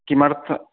किमर्थम्